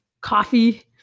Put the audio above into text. coffee